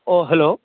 अह hello